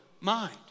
mind